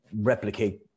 replicate